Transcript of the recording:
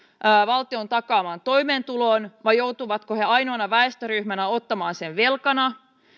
valtion takaamaan toimeentuloon vai joutuvatko he ainoana väestöryhmänä ottamaan sen velkana